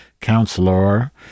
counselor